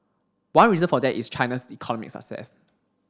one reason for that is China's economic success